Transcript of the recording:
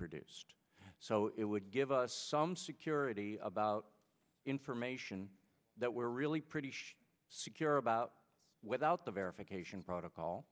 produced so it would give us some security about information that we're really pretty secure about without the verification protocol